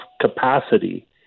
capacity